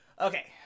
Okay